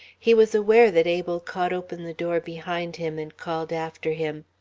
he was aware that abel caught open the door behind him and called after him,